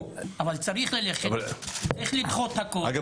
צריך לדחות הכול עד שהם יגיעו.